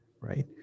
right